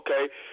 okay